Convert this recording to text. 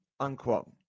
Unquote